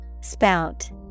Spout